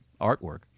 artwork